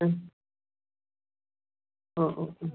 ആ ഓ ഓ